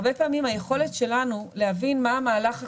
הרבה פעמים היכולת שלנו להבין מה המהלך הכולל,